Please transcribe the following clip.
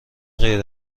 غیر